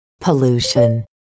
pollution